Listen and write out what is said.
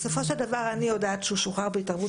בסופו של דבר אני יודעת שהוא שוחרר בהתערבות